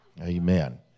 Amen